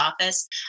office